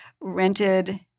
rented